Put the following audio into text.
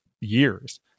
years